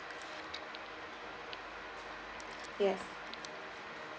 yes